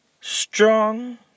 strong